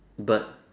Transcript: bird